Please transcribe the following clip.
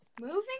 Moving